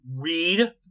read